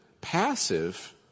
Passive